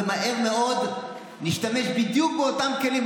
מהר מאוד נשתמש בדיוק באותם כלים.